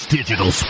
Digital